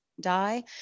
die